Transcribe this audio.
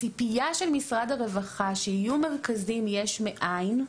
הציפייה של משרד הרווחה היא שיהיו מרכזים יש מאין.